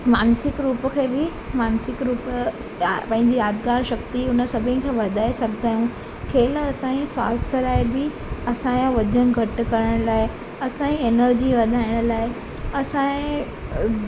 मानसिक रूप खे बि मानसिक रूप पंहिंजी यादगार शक्ति हुन सभिनी खे वधाए सघंदा आहियूं खेलु असांजे स्वास्थ्य लाइ बि असांजो वज़नु घटि करण लाइ असांजी एनर्जी वधाइण लाइ असांजे